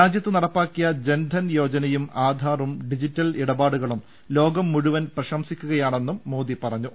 രാജ്യത്ത് നടപ്പാക്കിയ ജൻധൻ യോജനയും ആധാറും ഡിജിറ്റൽ ഇടപാടുകളും ലോകം മുഴുവൻ പ്രശംസിക്കുകയാണെന്നും മോദി പറഞ്ഞു